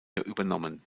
übernommen